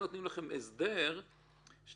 קוחות שלנו לעשות הם הסדרים לא פחות לא טובים אם